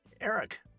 Eric